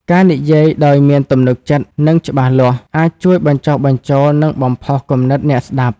ការនិយាយដោយមានទំនុកចិត្ត និងច្បាស់លាស់ អាចជួយបញ្ចុះបញ្ចូល និងបំផុសគំនិតអ្នកស្តាប់។